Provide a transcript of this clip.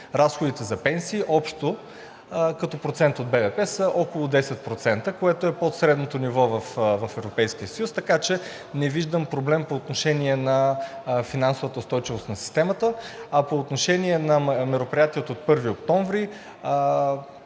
Разходите за пенсии общо като процент от БВП са около 10%, което е под средното ниво в Европейския съюз, така че не виждам проблем по отношение на финансовата устойчивост на системата. А по отношение на мероприятията от 1 октомври,